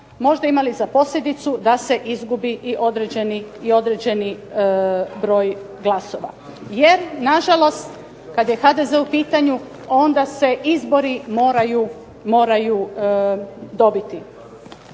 možda imale za posljedicu da se izgubi i određeni broj glasova. Jer nažalost, kad je HDZ u pitanju onda se izbori moraju dobiti.